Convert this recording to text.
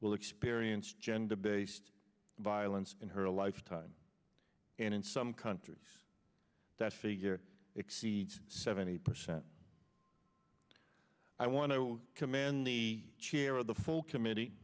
will experience gender based violence in her lifetime and in some countries that figure exceeds seventy percent i want to commend the chair of the full committee